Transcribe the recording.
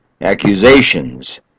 accusations